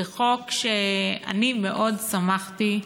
זה חוק שאני מאוד שמחתי,